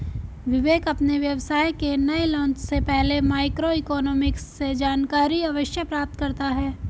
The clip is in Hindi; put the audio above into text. विवेक अपने व्यवसाय के नए लॉन्च से पहले माइक्रो इकोनॉमिक्स से जानकारी अवश्य प्राप्त करता है